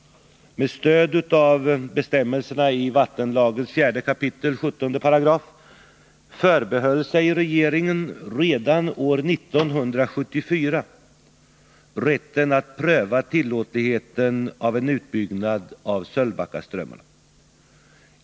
Med stöd av bestämmelserna i vattenlagen 4 kap. 17§ förbehöll sig regeringen redan 1974 rätten att pröva tillåtligheten av en utbyggnad av Sölvbackaströmmarna.